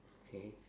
okay